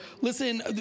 Listen